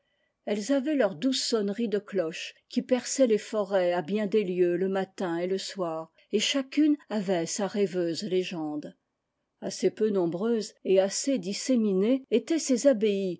elles avaient leurs douces sonneries de cloches qui perçaient les forêts à bien des lieues le matin et le soir et chacune avait sa rêveuse légende assez peu nombreuses et assez disséminées étaient ces